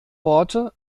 worte